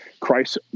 Christ